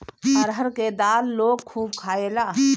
अरहर के दाल लोग खूब खायेला